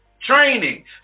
training